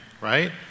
right